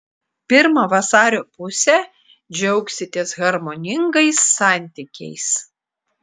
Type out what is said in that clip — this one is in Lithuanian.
pirmą vasario pusę džiaugsitės harmoningais santykiais